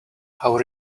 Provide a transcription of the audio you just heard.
how